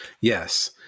Yes